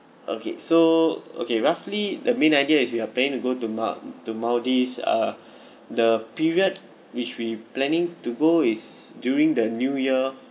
okay so okay roughly the main idea is we are planning to go to ma~ to maldives uh the period which we planning to go is during the new year